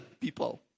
people